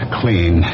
clean